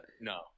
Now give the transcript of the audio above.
No